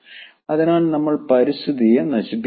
അതിനാൽ നമ്മൾ പരിസ്ഥിതിയെ നശിപ്പിക്കുന്നില്ല